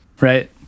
Right